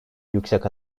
yüksek